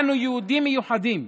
אנו יהודים, מיוחדים,